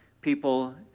people